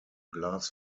glass